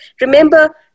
Remember